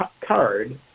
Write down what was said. card